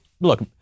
look